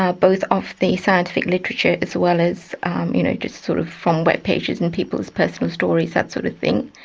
ah both of the scientific literature as well as you know just sort of from web pages and people's personal stories, that sort of thing.